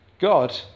God